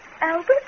Albert